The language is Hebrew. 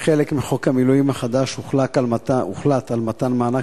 כחלק מחוק המילואים החדש הוחלט על מתן מענק